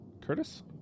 Curtis